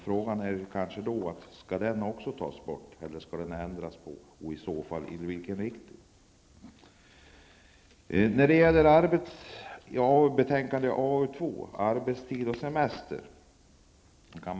Frågan är om den också skall tas bort eller ändras, och i så fall i vilken riktning. I arbetsmarknadsutskottets betänkande 2 tas arbetstid och semester upp.